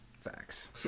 Facts